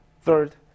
Third